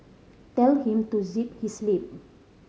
tell him to zip his lip